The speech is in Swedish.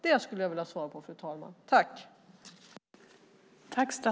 Det skulle jag vilja ha svar på.